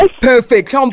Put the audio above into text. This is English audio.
Perfect